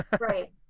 right